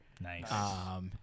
Nice